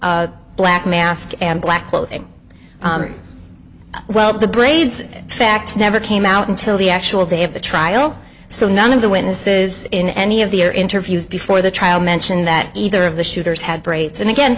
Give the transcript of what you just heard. a black mask and black clothing well the braids facts never came out until the actual day of the trial so none of the witnesses in any of the air interviews before the trial mentioned that either of the shooters had braids and again